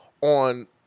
on